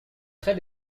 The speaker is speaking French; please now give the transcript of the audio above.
très